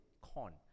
corn